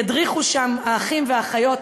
ידריכו שם האחים והאחיות,